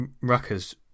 Rucker's